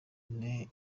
ine